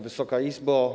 Wysoka Izbo!